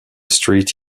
street